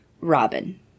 Robin